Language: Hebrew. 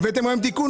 הבאתם תיקון?